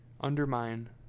undermine